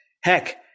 Heck